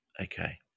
Okay